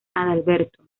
adalberto